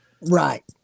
Right